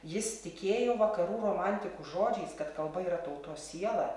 jis tikėjo vakarų romantikų žodžiais kad kalba yra tautos siela